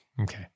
Okay